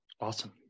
Awesome